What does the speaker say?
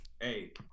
Hey